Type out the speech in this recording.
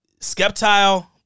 Skeptile